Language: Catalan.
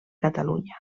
catalunya